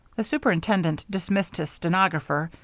the superintendent dismissed his stenographer,